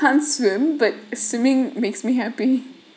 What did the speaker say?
swim but swimming makes me happy